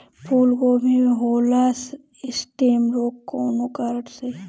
फूलगोभी में होला स्टेम रोग कौना कारण से?